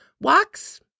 Walks